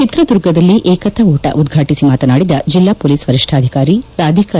ಚಿತ್ರದುರ್ಗದಲ್ಲಿ ಏಕತಾ ಓಟ ಉದ್ರಾಟಿಸಿ ಮಾತನಾಡಿದ ಜಿಲ್ಲಾ ಮೋಲಿಸ್ ವರಿಷ್ಠಾಧಿಕಾರಿ ರಾಧಿಕಾ